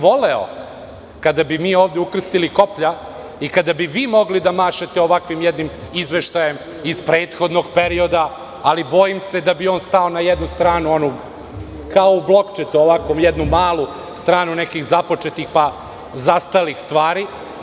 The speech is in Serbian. Voleo bih kada bi mi ovde ukrstili koplja i kada bi vi mogli da mašete ovakvim jednim izveštajem iz prethodnog izveštaja, ali bojim se da bi on stao na jednu stranu, kao u blokčetu, jednu malu stranu nekih započetih pa zaostalih stvari.